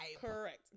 Correct